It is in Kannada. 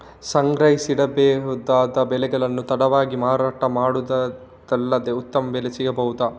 ಸಂಗ್ರಹಿಸಿಡಬಹುದಾದ ಬೆಳೆಗಳನ್ನು ತಡವಾಗಿ ಮಾರಾಟ ಮಾಡುವುದಾದಲ್ಲಿ ಉತ್ತಮ ಬೆಲೆ ಸಿಗಬಹುದಾ?